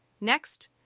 Next